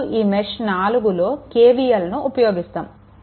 ఇప్పుడు ఈ మెష్ 4లో KVLను ఉపయోగిద్దాము